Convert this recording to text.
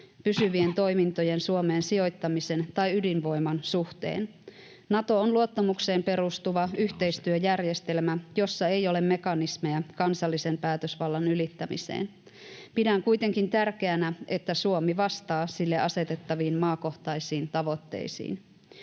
pysyvien toimintojen Suomeen sijoittamisen tai ydinvoiman suhteen. Nato on luottamukseen perustuva yhteistyöjärjestelmä, jossa ei ole mekanismeja kansallisen päätösvallan ylittämiseen. Pidän kuitenkin tärkeänä, että Suomi vastaa sille asetettaviin maakohtaisiin tavoitteisiin.